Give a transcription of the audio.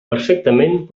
perfectament